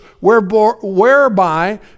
whereby